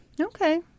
Okay